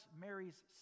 Mary's